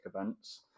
events